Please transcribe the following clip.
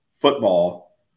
football